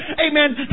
amen